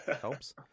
helps